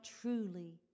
truly